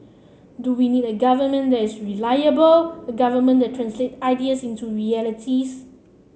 do we need a government that is reliable a government that translate ideas into realities